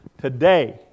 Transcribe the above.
today